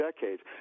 decades